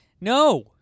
No